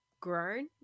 grown